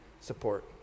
support